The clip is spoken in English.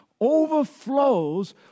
overflows